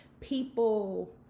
people